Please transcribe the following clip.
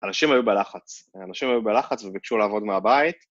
אנשים היו בלחץ. אנשים היו בלחץ וביקשו לעבוד מהבית.